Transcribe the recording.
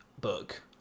book